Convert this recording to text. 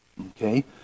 Okay